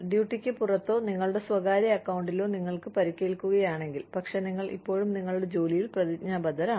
ഡ്യൂട്ടിക്ക് പുറത്തോ നിങ്ങളുടെ സ്വകാര്യ അക്കൌണ്ടിലോ നിങ്ങൾക്ക് പരിക്കേൽക്കുകയാണെങ്കിൽ പക്ഷേ നിങ്ങൾ ഇപ്പോഴും നിങ്ങളുടെ ജോലിയിൽ പ്രതിജ്ഞാബദ്ധരാണ്